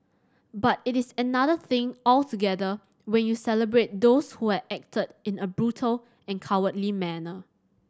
but it is another thing altogether when you celebrate those who had acted in a brutal and cowardly manner